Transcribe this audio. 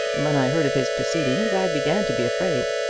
when i heard of his proceedings i began to be afraid.